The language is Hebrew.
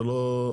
זה לא,